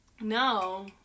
No